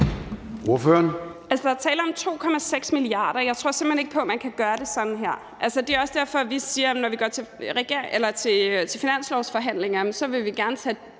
der er tale om 2,6 mia. kr. Jeg tror simpelt hen ikke på, at man kan gøre det sådan her. Det er også derfor, vi siger, at når vi går til finanslovsforhandlinger, vil vi gerne tage